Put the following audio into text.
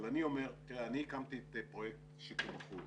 אבל אני אומר אני הקמתי את פרויקט שיקום החולה,